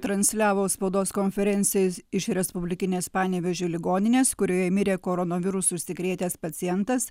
transliavo spaudos konferencijas iš respublikinės panevėžio ligoninės kurioje mirė koronavirusu užsikrėtęs pacientas